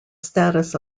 status